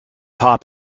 hop